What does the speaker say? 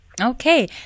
Okay